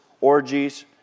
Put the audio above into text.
orgies